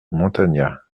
montagnat